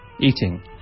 eating